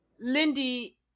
Lindy